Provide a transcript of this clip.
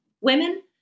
women